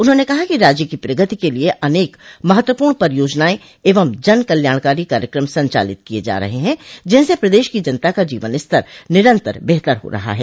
उन्होंने कहा कि राज्य की प्रगति के लिये अनेक महत्वपूर्ण परियोजनाएं एवं जनकल्याणकारी कार्यक्रम संचालित किये जा रहे है जिनसे प्रदेश की जनता का जीवन स्तर निरन्तर बेहतर हो रहा है